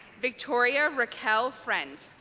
victoria raquel friend